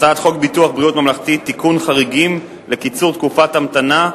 הצעת חוק ביטוח בריאות ממלכתי (תיקון חריגים לקיצור תקופת המתנה),